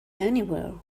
anywhere